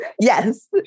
Yes